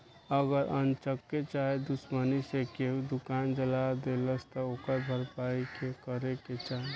अगर अन्चक्के चाहे दुश्मनी मे केहू दुकान जला देलस त ओकर भरपाई के करे के चाही